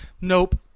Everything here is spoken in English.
nope